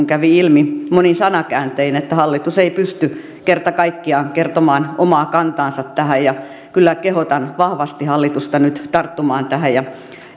kävi ilmi monin sanakääntein että hallitus ei pysty kerta kaikkiaan kertomaan omaa kantaansa tähän ja kyllä kehotan vahvasti hallitusta nyt tarttumaan tähän ja